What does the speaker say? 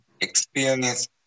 experience